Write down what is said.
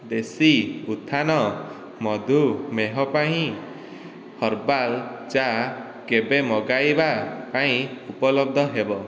ଦେଶୀ ଉତ୍ଥାନ ମଧୁମେହ ପାଇଁ ହର୍ବାଲ୍ ଚା କେବେ ମଗାଇବା ପାଇଁ ଉପଲବ୍ଧ ହେବ